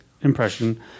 impression